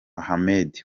ahmed